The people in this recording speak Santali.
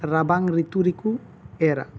ᱨᱟᱵᱟᱝ ᱨᱤᱛᱩ ᱨᱮᱠᱚ ᱮᱨᱟ